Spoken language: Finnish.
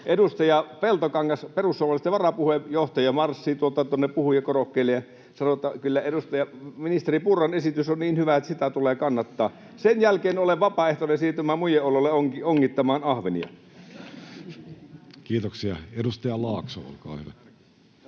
edustaja Peltokangas, perussuomalaisten varapuheenjohtaja, marssii tuonne puhujakorokkeelle ja sanoo, että kyllä ministeri Purran esitys on niin hyvä, että sitä tulee kannattaa. Sen jälkeen olen vapaaehtoinen siirtymään Muje-Oululle ongittamaan ahvenia. Kiitoksia. — Edustaja Laakso, olkaa hyvä.